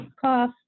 cough